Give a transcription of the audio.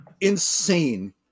Insane